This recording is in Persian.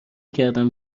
کردم